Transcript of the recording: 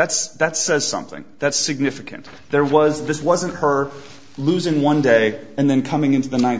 that's that says something that's significant there was this wasn't her losing one day and then coming into the ninth